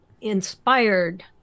inspired